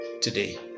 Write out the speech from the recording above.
today